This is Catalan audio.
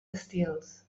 estils